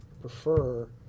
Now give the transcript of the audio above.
prefer